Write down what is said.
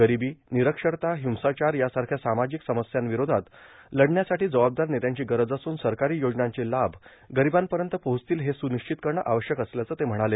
गरोबी र्णनरक्षरता हिंसाचार यांसारख्या सामाजिक समर्स्यांवरोधात लढण्यासाठी जबाबदार नेत्यांची गरज असून सरकारी योजनांचे लाभ गरोबांपयत पोहोचतील हे स्र्वानश्चित करणे आवश्यक असल्याचं ते म्हणाले